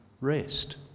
rest